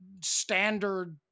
standard